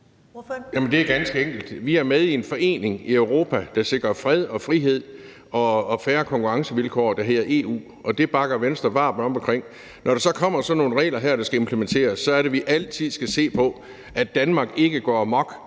Det er ganske enkelt. Vi er med i en forening i Europa, der sikrer fred, frihed og fair konkurrencevilkår, og som hedder EU, og det bakker Venstre varmt op omkring. Når der så kommer sådan nogle regler her, der skal implementeres, skal vi altid se på, at Danmark ikke går amok